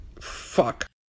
Fuck